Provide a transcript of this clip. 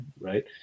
right